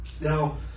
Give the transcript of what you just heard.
Now